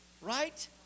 right